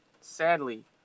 sadly